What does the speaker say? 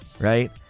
Right